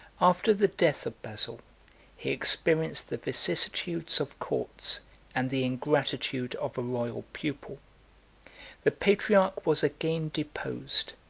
after the death of basil he experienced the vicissitudes of courts and the ingratitude of a royal pupil the patriarch was again deposed,